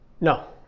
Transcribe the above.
No